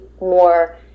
more